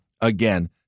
Again